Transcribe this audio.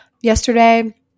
yesterday